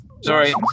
sorry